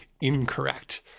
incorrect